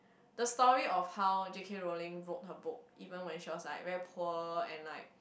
the story of how J_K-Rowling wrote her book even when she was like very poor and like